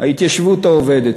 ההתיישבות העובדת.